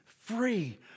free